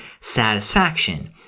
satisfaction